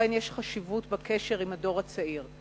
לכן יש חשיבות בקשר עם הדור הצעיר.